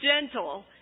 gentle